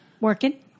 Working